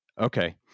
okay